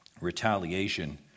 retaliation